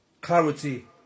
clarity